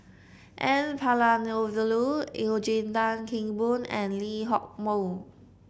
N Palanivelu Eugene Tan Kheng Boon and Lee Hock Moh